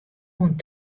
oant